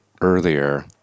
earlier